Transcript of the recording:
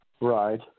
Right